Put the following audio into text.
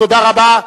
תודה רבה.